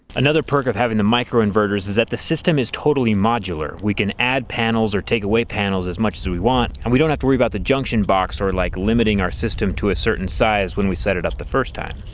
another perk of having the micro-inverters is that the system is totally modular. we can add panels or take away panels as much as we want and we don't have to worry about the junction box or like limiting our system to a certain size when we set it up the first time.